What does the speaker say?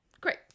Great